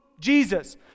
Jesus